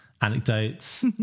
anecdotes